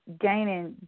gaining